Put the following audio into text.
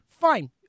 fine